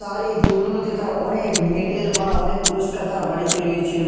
তাঁর এই দৌড়োনোতে তাঁর অনেক মেডেল বা অনেক পুরস্কার তাঁর বাড়িতে রয়েছে